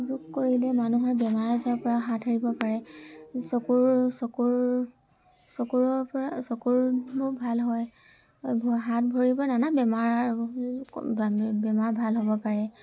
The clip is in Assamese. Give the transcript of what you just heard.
যোগ কৰিলে মানুহে বেমাৰ আজাৰৰপৰা হাত সাৰি থাকিব পাৰে চকুৰ চকুৰ চকুৰৰপৰা চকুৰ ৰোগ ভাল হয় হাত ভৰিৰপৰা নানা বেমাৰ বেমাৰ ভাল হ'ব পাৰে